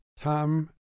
Tom